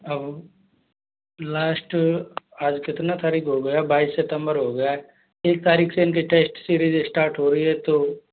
और लास्ट आज कितना तारीख हो गया बाइस सितंबर हो गया एक तारीख से इनकी टेस्ट सीरीज स्टार्ट हो रही हैं तो